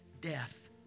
Death